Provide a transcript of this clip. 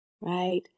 right